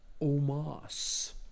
Omas